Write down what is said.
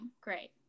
Great